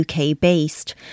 UK-based